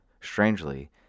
Strangely